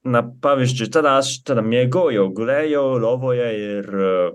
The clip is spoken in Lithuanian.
na pavyzdžiui tada aš tada miegojau gulėjau lovoje ir